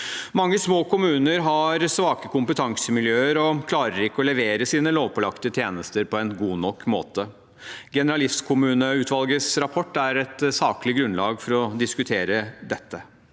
Mange små kommuner har svake kompetansemiljøer og klarer ikke å levere sine lovpålagte tjenester på en god nok måte. Generalistkommuneutvalgets rapport er et saklig grunnlag for å diskutere dette.